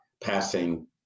passing